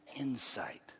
insight